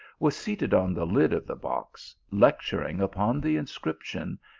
was seated on the lid of the box lecturing upon the inscription,